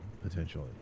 potentially